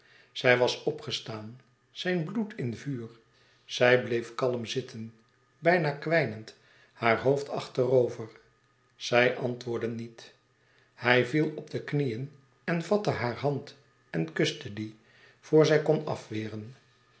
hij was opgestaan zijn bloed in vuur zij bleef kalm zitten bijna kwijnend haar hoofd achterover zij antwoordde niet hij viel op de knieën en vatte haar hand en kuste die voor zij kon afweren